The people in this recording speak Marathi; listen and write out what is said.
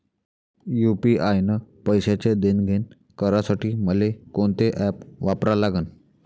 यू.पी.आय न पैशाचं देणंघेणं करासाठी मले कोनते ॲप वापरा लागन?